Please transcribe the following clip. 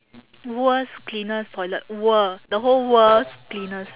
world's cleanest toilet world the whole world's cleanest